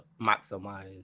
maximize